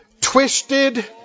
twisted